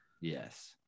yes